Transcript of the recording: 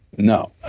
no, i